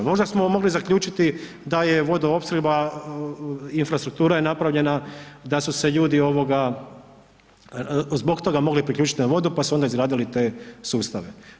Možda smo mogli zaključiti da je Vodoopskrba infrastruktura je napravljena, da su se ljudi zbog toga mogli priključiti na vodu pa su onda izgradili te sustave.